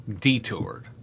detoured